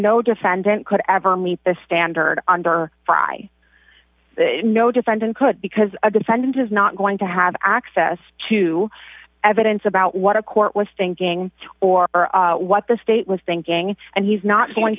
then no defendant could ever meet the standard under fry no defendant could because a defendant is not going to have access to evidence about what a court was thinking or what the state was thinking and he's not going